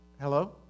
Hello